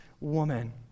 woman